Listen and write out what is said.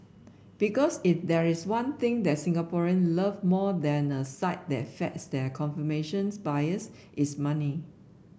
because if there is one thing that Singaporean love more than a site that feeds their confirmations bias it's money